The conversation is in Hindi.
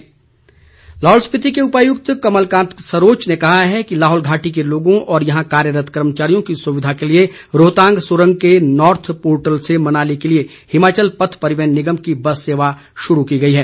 बस सेवा लाहौल स्पीति के उपायुक्त कमलकांत सरोच ने कहा है कि लाहौल घाटी के लोगों और यहां कार्यरत कर्मचारियों की सुविधा के लिए रोहतांग सुरंग के नॉर्थ पोर्टल से मनाली के लिए हिमाचल पथ परिवहन निगम की बस सेवा शुरू की गई है